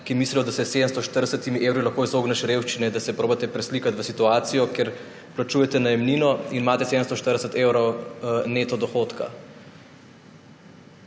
ki mislijo, da se s 740 evri lahko izogneš revščini, da se poskusite preslikati v situacijo, kjer plačujete najemnino in imate 740 evrov neto dohodka.